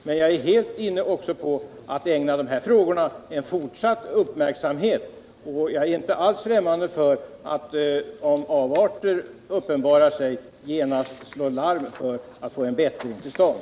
Men jag är helt inställd på att ägna dessa frågor en fortsatt uppmärksamhet, och jag är inte alls ffrämmande för att om avarter uppenbarar sig genast slå larm för att få en bättring till stånd.